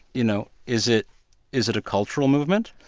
you know, is it is it a cultural movement?